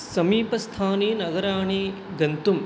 समीपस्थानि नगराणि गन्तुं